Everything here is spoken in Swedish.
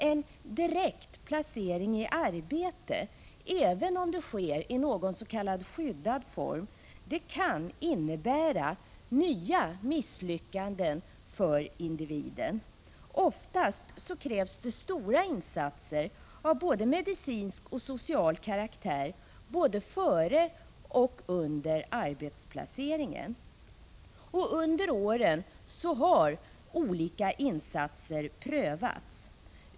En direkt placering i arbete, även om det sker i någon s.k. skyddad form, kan innebära nya misslyckanden för individen. Oftast krävs stora insatser av både medicinsk och social karaktär, såväl före som under arbetsplaceringen. Under åren har olika insatser prövats.